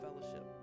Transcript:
fellowship